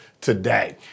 today